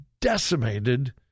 decimated